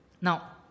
Now